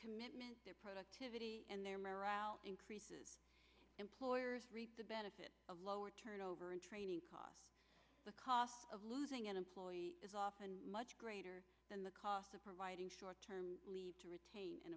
commitments their productivity and their morale increases employers reap the benefit of lower turnover and training because the cost of losing an employee is often much greater than the cost of providing short term leave to retain